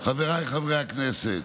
חבריי חברי הכנסת,